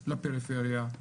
לפריפריה,